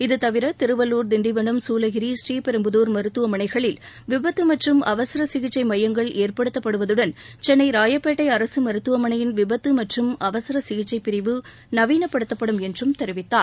இதுதவிர திருவள்ளூர் திண்டிவனம் சூளகிரி ஸ்ரீபெரும்புதூர் மருத்துவமனைகளில் விபத்து மற்றம் அவசர சிகிச்சை மையங்கள் ஏற்படுத்தப்படுவதுடன் சென்னை ராயப்பேட்டை அரசு மருத்துவமனையின் விபத்து மற்றும் அவசர சிகிச்சைப் பிரிவு நவீனப்படுத்தப்படும் என்றும் தெரிவித்தார்